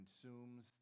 consumes